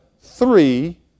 three